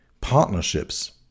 partnerships